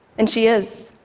and she is.